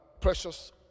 precious